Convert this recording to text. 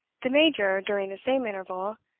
the major, during the same interval,